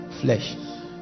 flesh